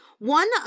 One